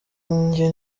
njye